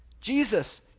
Jesus